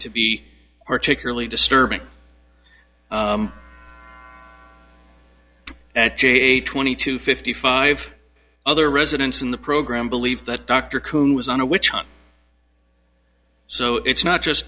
to be particularly disturbing at j a twenty two fifty five other residents in the program believe that dr kuhn was on a witch hunt so it's not just